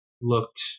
looked